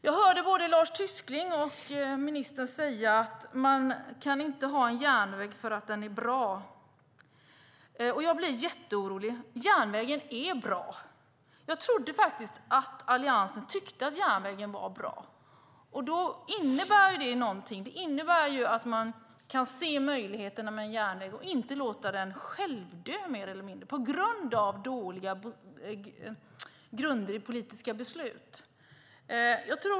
Jag hörde både Lars Tysklind och ministern säga att man inte kan ha en järnväg för att den är bra, och jag blev jätteorolig. Järnvägen är bra. Jag trodde faktiskt att Alliansen tyckte att järnvägen var bra. Det innebär att man kan se möjligheterna med en järnväg och inte låta den självdö mer eller mindre på grund av dåliga grunder i politiska beslut.